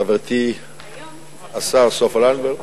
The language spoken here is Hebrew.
חברתי השרה סופה לנדבר,